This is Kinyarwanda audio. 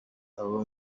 abo